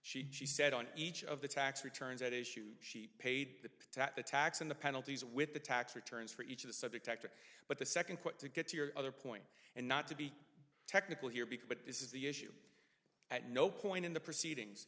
she she said on each of the tax returns that issued she paid the tax the tax and the penalties with the tax returns for each of the subject act but the second quote to get to your other point and not to be technical here because but this is the issue at no point in the proceedings